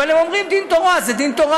אבל הם אומרים: דין תורה זה דין תורה,